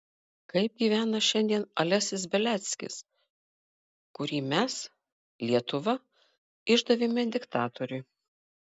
kaip gyvena šiandien alesis beliackis kurį mes lietuva išdavėme diktatoriui